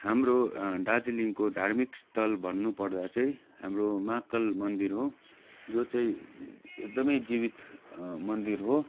हाम्रो दार्जिलिङको धार्मिक स्थल भन्नुपर्दा चाहिँ हाम्रो महाकाल मन्दिर हो यो चाहिँ एकदमै जीवित मन्दिर हो